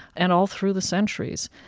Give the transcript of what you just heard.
and all through the centuries.